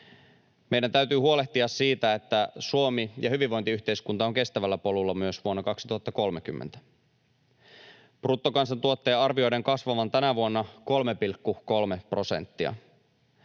Meidän täytyy huolehtia siitä, että Suomi ja hyvinvointiyhteiskunta on kestävällä polulla myös vuonna 2030. Bruttokansantuotteen arvioidaan kasvavan tänä vuonna 3,3 prosenttia.